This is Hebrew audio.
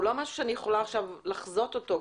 הוא לא משהו שאני יכולה עכשיו לחזות אותו.